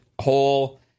whole